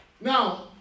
Now